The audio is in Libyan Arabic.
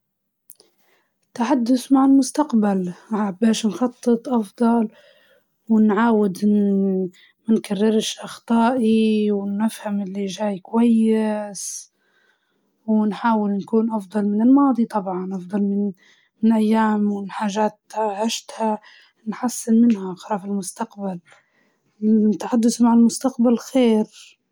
نتكلم مع روحي في الماضي، لإن الماضي فيه حاجات لو الواحد يجدر يغيرها، أو ينصح نفسه وجتها كان توا حياته أحسن بمراحل، المستقبل حلو بس نخاف نعرف حاجة ما تعجبني.